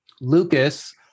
Lucas